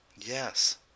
Yes